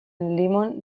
limon